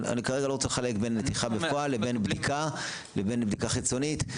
אני כרגע לא רוצה לחלק בין נתיחה בפועל לבין בדיקה לבין בדיקה חיצונית.